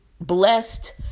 blessed